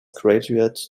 graduate